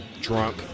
drunk